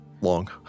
long